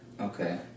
Okay